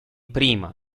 prima